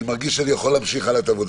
אני מרגיש שאני יכול להמשיך הלאה את עבודתי.